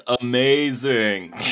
Amazing